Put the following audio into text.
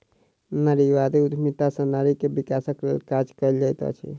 नारीवादी उद्यमिता सॅ नारी के विकासक लेल काज कएल जाइत अछि